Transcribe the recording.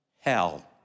hell